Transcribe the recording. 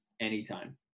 anytime